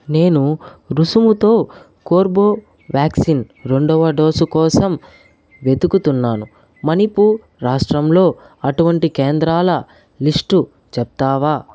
నేను రుసుముతో కోర్బో వ్యాక్సిన్ రెండవ డోసు కోసం వెతుకుతున్నాను మణిపూర్ రాష్ట్రంలో అటువంటి కేంద్రాల లిస్టు చెప్తావా